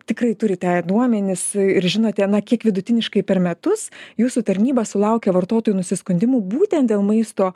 tikrai turite duomenis ir žinote na kiek vidutiniškai per metus jūsų tarnyba sulaukia vartotojų nusiskundimų būtent dėl maisto